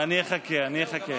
אני אחכה, אני אחכה.